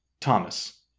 Thomas